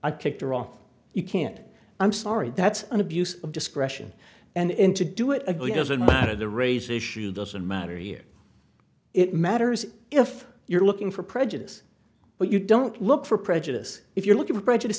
i kicked her off you can't i'm sorry that's an abuse of discretion and to do it again as a matter the race issue doesn't matter here it matters if you're looking for prejudice but you don't look for prejudice if you're looking for prejudice